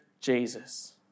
Jesus